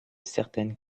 certaines